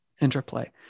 interplay